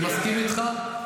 אני מסכים איתך,